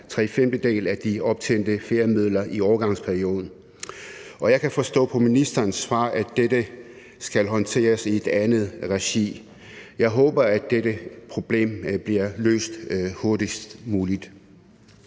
tre femtedele af de optjente feriemidler i overgangsperioden. Og jeg kan forstå på ministerens svar, at dette skal håndteres i et andet regi. Jeg håber, at dette problem bliver løst hurtigst muligt.